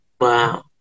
Wow